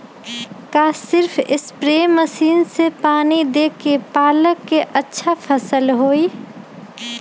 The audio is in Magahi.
का सिर्फ सप्रे मशीन से पानी देके पालक के अच्छा फसल होई?